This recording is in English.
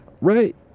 Right